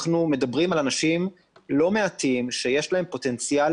אנחנו מדברים על אנשים לא מעטים שיש להם פוטנציאל